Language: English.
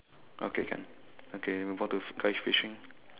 okay can okay move on to guy fishing